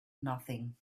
nothing